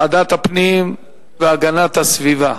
ועדת הפנים והגנת הסביבה.